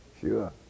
Sure